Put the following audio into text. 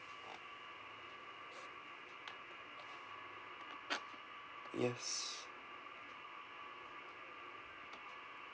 yes